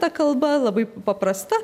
ta kalba labai paprasta